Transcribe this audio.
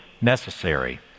necessary